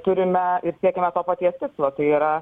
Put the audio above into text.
turime ir siekiame to paties tikslo tai yra